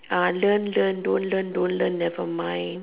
uh learn learn don't learn don't learn never mind